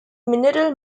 mineral